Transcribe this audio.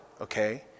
okay